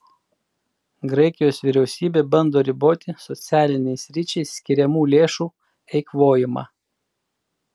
graikijos vyriausybė bando riboti socialiniai sričiai skiriamų lėšų eikvojimą